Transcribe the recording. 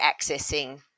accessing